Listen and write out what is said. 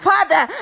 Father